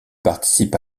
participe